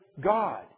God